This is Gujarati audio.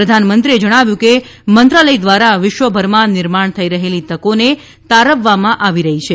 પ્રધાનમંત્રીએ જણાવ્યું હતું કે મંત્રાલય દ્વારા વિશ્વભરમાં નિર્માણ થઈ રહેલી તકોને તારવવામાં આવી રહી છે